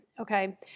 okay